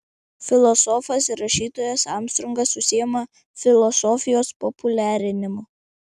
filosofas ir rašytojas armstrongas užsiima filosofijos populiarinimu